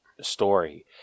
story